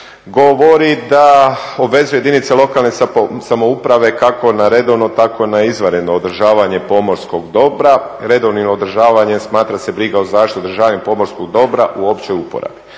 govori da obvezuje jedinice samouprave kako na redovno, tako na izvanredno održavanje pomorskog dobra. Redovnim održavanjem smatra se briga o zaštiti i održavanju pomorskog dobra u općoj uporabi,